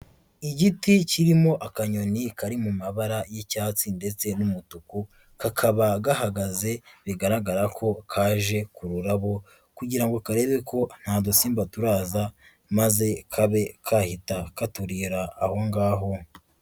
Igiti kirimo akanyoni kari mu mabara y'icyatsi ndetse n'umutuku kakaba gahagaze, bigaragara ko kaje kururabo kugira karebe ko nta dusimba turaza, maze kabe kahita katurira aho ngaho.